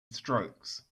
strokes